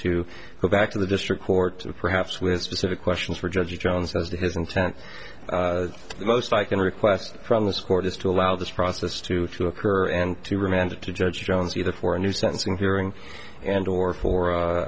to go back to the district court perhaps with specific questions for judge jones as to his intent the most i can request from this court is to allow this process to to occur and to remand to judge jones either for a new sentencing hearing and or for